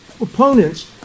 opponent's